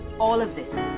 all of this,